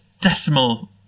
decimal